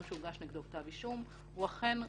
שהוגש נגדו כתב אישום הוא אכן רצידיביסט.